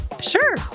Sure